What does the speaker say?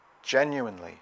Genuinely